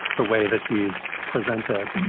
the way that he is presented.